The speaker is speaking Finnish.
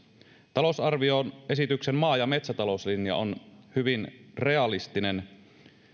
talousarvioesityksen maa ja metsätalouslinja on hyvin realistinen